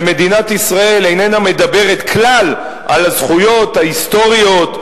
ומדינת ישראל איננה מדברת כלל על הזכויות ההיסטוריות,